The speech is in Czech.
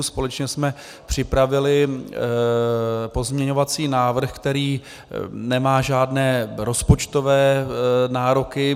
Společně jsme připravili pozměňovací návrh, který nemá žádné rozpočtové nároky.